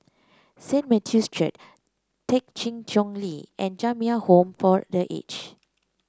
Saint Matthew's Church Thekchen Choling and Jamiyah Home for The Aged